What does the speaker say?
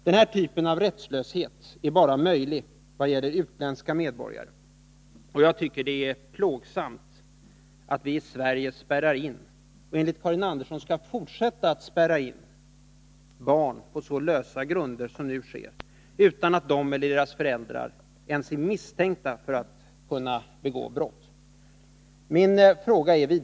Den här typen av rättslöshet kan bara förekomma när det gäller utländska medborgare. Jag tycker det är plågsamt att vi i Sverige spärrar in — och enligt Karin Andersson skall fortsätta att spärra in — barn på så lösa grunder som nu sker, utan att de eller deras föräldrar ens är misstänkta för att vilja begå brott.